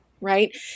right